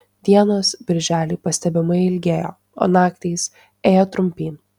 dienos birželį pastebimai ilgėjo o naktys ėjo trumpyn